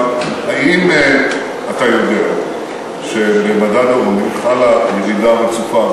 אבל האם אתה יודע שבמדד העוני חלה ירידה רצופה?